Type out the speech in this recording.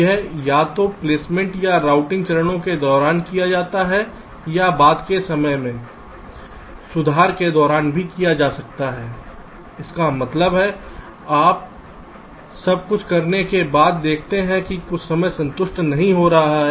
यह या तो प्लेसमेंट या रूटिंग चरणों के दौरान किया जा सकता है या बाद में समय सुधार के दौरान भी किया जा सकता है इसका मतलब है आप सब कुछ करने के बाद देखते हैं कि कुछ समय संतुष्ट नहीं हो रहा है